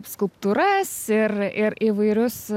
skulptūras ir ir įvairius